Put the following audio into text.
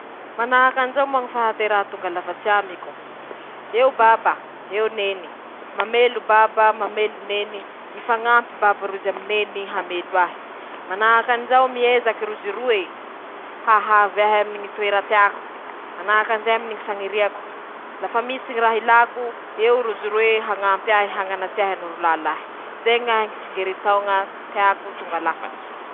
Manahaky anizao moa ñy fahateraha tonga lafatsy amiko: - Eo baba, eo neny, mamelo baba, mamelo neny. -Mifañampy baba rozy amy neny hamelo ahy. -Manahaky anizay :miezaka rozy roe hahavy ahy amy toera teako.-Manahaky anizay aminy ñy fagniriako lafa misy ñy raha ilako, eo rozy roe hañampy ahy, hañanatsy ahy, hanoro lala ahy; zay ñahy ñy tsingery tao tiako tonga lafatsy.